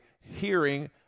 hearing